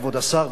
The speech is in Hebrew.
כבוד השר,